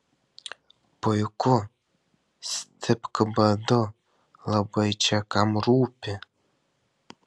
puiku stipk badu labai čia kam rūpi